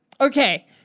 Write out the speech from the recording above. Okay